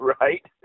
Right